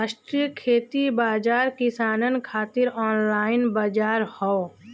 राष्ट्रीय खेती बाजार किसानन खातिर ऑनलाइन बजार हौ